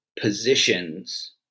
positions